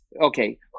Okay